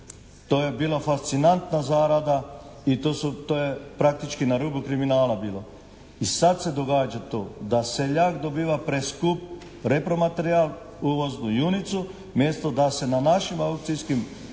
To je bila fascinantna zarada i to je praktički na rubu kriminala bilo. I sad se događa to da seljak dobiva preskup repromaterijal, uvoznu junicu mjesto da se na našim akcijskim prodajama,